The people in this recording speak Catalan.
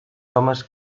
homes